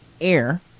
air